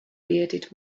bearded